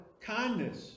kindness